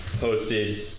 Posted